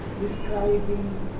describing